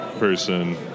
person